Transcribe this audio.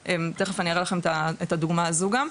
תכף אני אראה לכם את הדוגמה הזו גם.